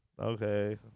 Okay